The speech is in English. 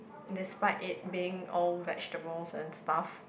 despite it being all vegetables and stuff